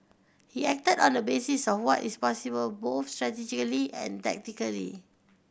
he acted on the basis of what is possible both strategically and tactically